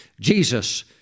Jesus